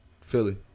Philly